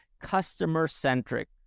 customer-centric